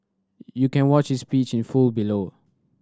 you can watch his speech in full below